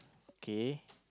kay